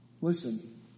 Listen